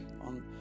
on